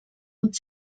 und